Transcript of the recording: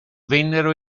vennero